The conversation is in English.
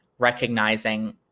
recognizing